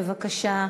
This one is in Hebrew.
בבקשה,